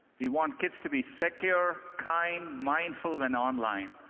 we want kids to be secure, kind, mindful, when online.